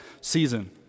season